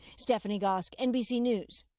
stephanie gosk, nbc news.